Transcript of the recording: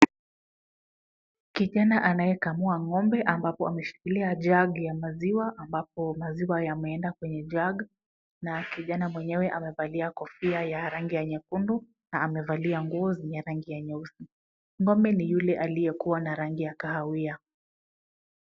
Kijana anayekamua ng'ombe ambapo ameshikilia jug ya maziwa ambapo maziwa yameenda kwenye jug na kijana mwenyewe amevalia kofia ya rangi ya nyekundu na amevalia nguo zenye rangi ya nyeusi. Ng'ombe ni yule aliyekuwa na rangi ya kahawia.